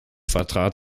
vertrat